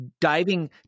diving